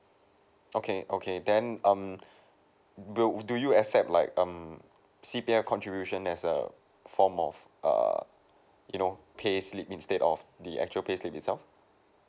okay okay then um do do you accept like um C_P_F contribution as a form of err you know pay slip instead of the actual pay slip itself